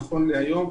נכון להיום,